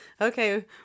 okay